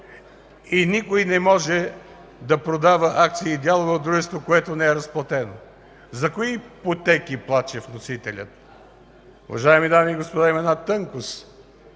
и никой не може да продава акции и дялове от дружество, което не е разплатено. За кои ипотеки плаче вносителят? Уважаеми дами и господа, има една тънкост,